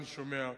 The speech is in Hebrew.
אני שומע,